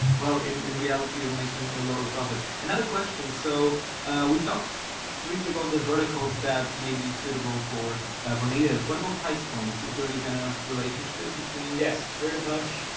in in reality, you're making a lower profit. another question. so we talked briefly about the verticals that may be suitable for for native. what about price points? is there any kind of relationship between yes, very much.